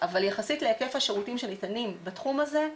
אבל יחסית להיקף השירותים שניתנים בתחום הזה,